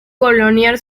colonial